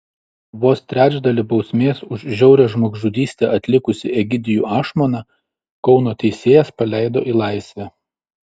vos trečdalį bausmės už žiaurią žmogžudystę atlikusį egidijų ašmoną kauno teisėjas paleido į laisvę